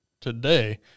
today